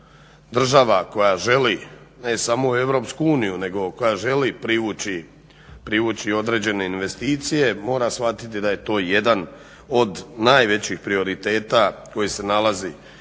država koja želi ne samo u EU nego koja želi privući određene investicije mora shvatiti da je to jedan od najvećih prioriteta koji se nalazi